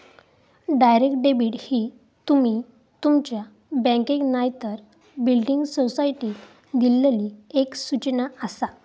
direct debit ही तुमी तुमच्या बँकेक नायतर बिल्डिंग सोसायटीक दिल्लली एक सूचना आसा